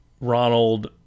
Ronald